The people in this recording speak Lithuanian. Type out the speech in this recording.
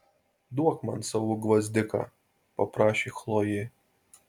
duok man savo gvazdiką paprašė chlojė